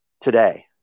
today